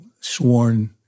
sworn